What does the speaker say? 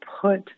put